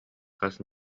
хас